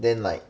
then like